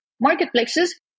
marketplaces